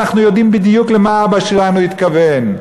אנחנו יודעות בדיוק למה אבא שלנו התכוון,